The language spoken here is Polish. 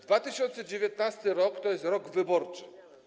2019 r. to jest rok wyborczy.